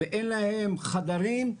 אין להם חדרים,